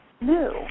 new